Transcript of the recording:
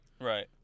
Right